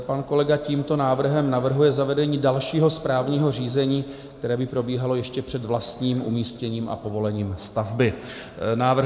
Pan kolega tímto návrhem navrhuje zavedení dalšího správního řízení, které by probíhalo ještě před vlastním umístěním a povolením stavby.